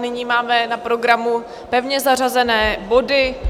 nyní máme na programu pevně zařazené body.